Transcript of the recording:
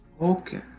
Okay